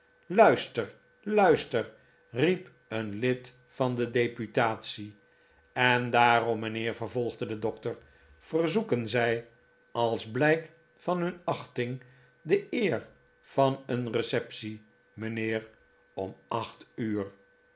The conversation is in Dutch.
luister luister riep een lid van de deputatie en daarom mijnheer vervolgde de doktep verzoeken zij als blijk van hun achting de eer van een receptie mijnheer om acht uur